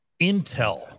intel